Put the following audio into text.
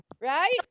Right